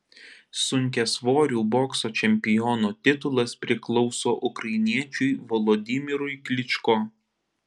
sunkiasvorių bokso čempiono titulas priklauso ukrainiečiui volodymyrui klyčko